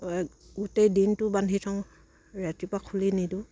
গোটেই দিনটো বান্ধি থওঁ ৰাতিপুৱা খুলি নিদিওঁ